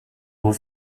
ont